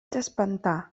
espantar